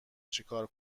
چیکار